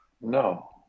No